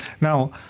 Now